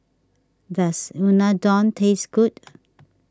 does Unadon taste good